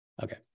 Okay